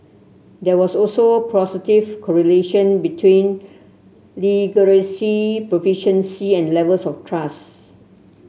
there was also correlation between proficiency and levels of trust